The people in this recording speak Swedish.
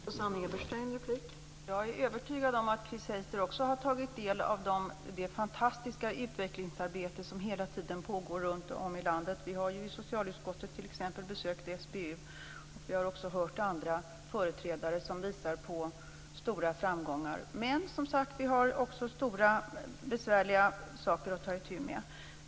Fru talman! Jag är övertygad om att också Chris Heister har tagit del av det fantastiska utvecklingsarbete som hela tiden pågår runtom i landet. Vi har i socialutskottet t.ex. besökt SBU, och vi har också hört andra företrädare som visar på stora framgångar. Vi har också stora besvärliga saker att ta itu med.